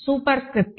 super script